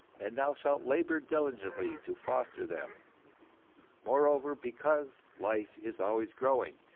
and thou shalt labor diligently to foster them moreover, because life is always growing,